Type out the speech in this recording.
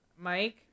mike